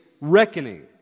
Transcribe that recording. reckoning